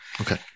Okay